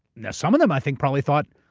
now, some of them i think probably thought,